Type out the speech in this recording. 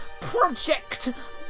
project